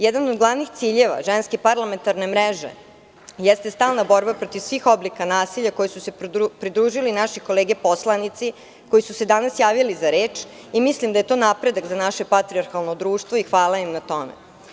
Jedan od glavnih ciljeva Ženske parlamentarne mreže jeste stalna borba protiv svih oblika nasilja, kojoj su se pridružili naše kolege poslanici koji su se danas javili za reč, i mislim da je to napredak za naše patrijarhalno društvo i hvala im na tome.